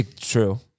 True